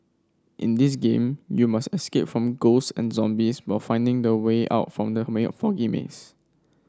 in this game you must escape from ghost and zombies while finding the way of from the foggy maze